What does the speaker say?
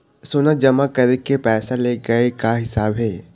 सोना जमा करके पैसा ले गए का हिसाब हे?